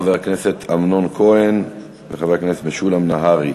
חבר הכנסת אמנון כהן וחבר הכנסת משולם נהרי.